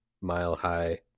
mile-high